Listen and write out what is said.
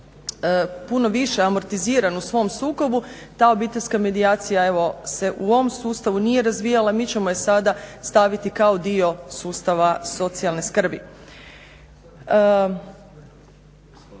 puno više amortiziran u svom sukobu, ta obiteljska medijacija evo se u ovom sustavu nije razvijala, mi ćemo je sada staviti kao dio sustav socijalne skrbi.